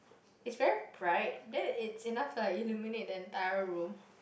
is very bright then is enough to illuminate the entire room